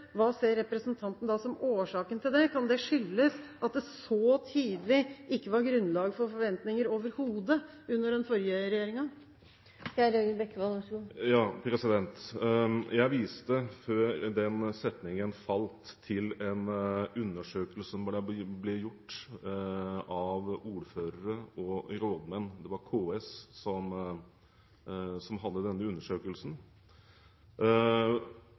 at det så tydelig ikke var grunnlag for forventninger overhodet under den forrige regjeringen? Jeg viste, før den setningen falt, til en undersøkelse som ble gjort av ordførere og rådmenn. Det var KS som hadde denne undersøkelsen.